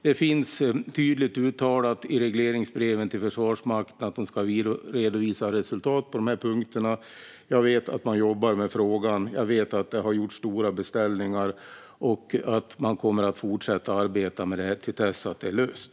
Det finns tydligt uttalat i regleringsbreven till Försvarsmakten att den ska redovisa resultat på dessa punkter. Jag vet att man jobbar med frågan, jag vet att det har gjorts stora beställningar och jag vet att man kommer att fortsätta att arbeta med detta tills det är löst.